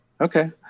Okay